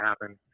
happen